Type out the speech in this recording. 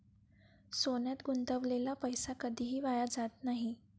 सोन्यात गुंतवलेला पैसा कधीही वाया जात नाही